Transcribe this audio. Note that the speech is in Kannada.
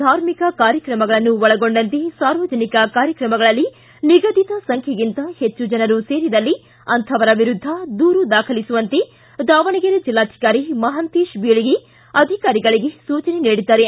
ಧಾರ್ಮಿಕ ಕಾರ್ಯಕ್ರಮಗಳನ್ನು ಒಳಗೊಂಡಂತೆ ಸಾರ್ವಜನಿಕ ಕಾರ್ಯಕ್ರಮಗಳಲ್ಲಿ ನಿಗದಿತ ಸಂಖ್ಯೆಗಿಂತ ಹೆಚ್ಚು ಜನರು ಸೇರಿದಲ್ಲಿ ಅಂಥವರ ವಿರುದ್ದ ದೂರು ದಾಖಲಿಸುವಂತೆ ದಾವಣಗೆರೆ ಜಿಲ್ಲಾಧಿಕಾರಿ ಮಹಾಂತೇಶ ಬೀಳಗಿ ಅಧಿಕಾರಿಗಳಿಗೆ ಸೂಜನೆ ನೀಡಿದ್ದಾರೆ